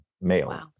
male